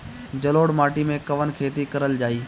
जलोढ़ माटी में कवन खेती करल जाई?